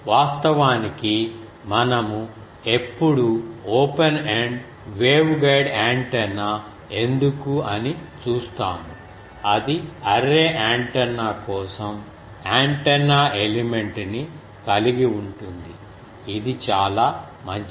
వాస్తవానికి మనము ఎప్పుడు ఓపెన్ ఎండ్ వేవ్గైడ్ యాంటెన్నా ఎందుకు అని చూస్తాము అది అర్రే యాంటెన్నా కోసం యాంటెన్నా ఎలిమెంట్ ని కలిగి ఉంటుంది ఇది చాలా మంచిది